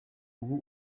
ubu